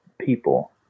people